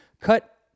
cut